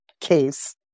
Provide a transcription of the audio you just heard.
case